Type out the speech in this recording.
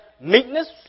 meekness